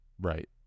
Right